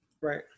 Right